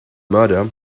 murder